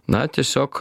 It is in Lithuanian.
na tiesiog